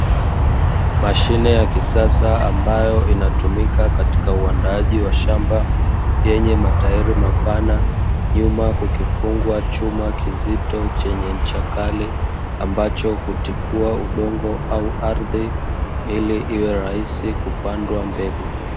Mashine ya kisasa ambayo inatumika katika uandaaji wa shamba, yenye matairi mapana. Nyuma kukifungwa chuma kizito chenye ncha kali, ambacho hutifua udongo au ardhi, ili iwe rahisi kupandwa mbegu.